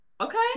Okay